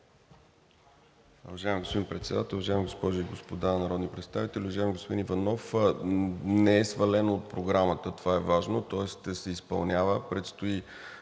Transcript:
Уважаеми господин Председател, уважаеми госпожи и господа народни представители! Уважаеми господин Иванов, не е свалено от програмата – това е важно, тоест ще се изпълнява, предстои,